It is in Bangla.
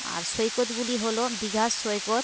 আর সৈকতগুলি হলো দিঘার সৈকত